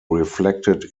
reflected